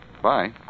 Bye